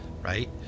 Right